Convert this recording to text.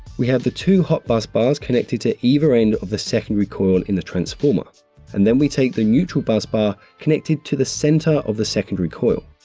we have the two hot bus bars connected to either end of the secondary coil in the transformer and then we take the neutral bus bar connected to the centre of the secondary coil.